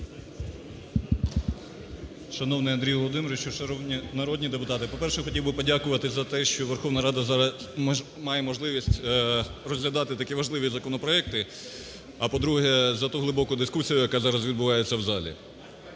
Шановний Андрію Володимировичу, шановні народні депутати! По-перше, хотів би подякувати за те, що Верховна Рада має можливість розглядати такі важливі законопроекти, а по-друге, за ту глибоку дискусію, яка зараз відбувається у залі.